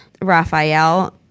Raphael